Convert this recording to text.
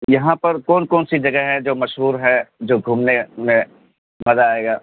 یہاں پر کون کون سی جگہ ہے جو مشہور ہے جو گھومنے میں مزہ آئے گا